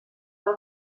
del